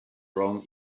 rome